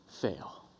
fail